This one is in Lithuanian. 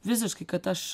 visiškai kad aš